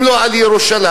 אם לא על ירושלים,